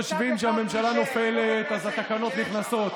אם אתם חושבים שהממשלה נופלת, אז התקנות נכנסות.